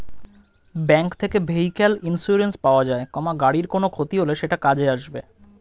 bank থেকে vehicle insurance পাওয়া যায়, গাড়ির কোনো ক্ষতি হলে সেটা কাজে আসবে